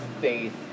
faith